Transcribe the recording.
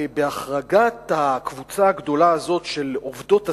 בהחרגת הקבוצה הגדולה הזאת של עובדות הסיעוד,